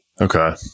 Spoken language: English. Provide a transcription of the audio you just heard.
okay